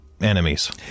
enemies